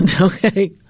Okay